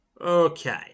Okay